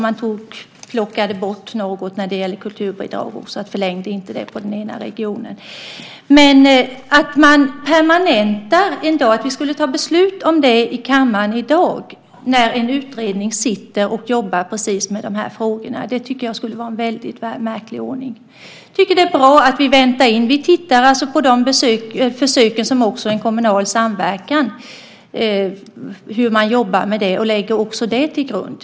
Man plockade bort något när det gällde kulturbidrag och förlängde inte det i den ena regionen. Att vi skulle fatta beslut i kammaren i dag om att permanenta när en utredning jobbar med precis de här frågorna, tycker jag skulle vara en väldigt märklig ordning. Jag tycker att det är bra att vi väntar in detta. Vi tittar också på försöken med en kommunal samverkan och hur man jobbar med det och lägger också det till grund.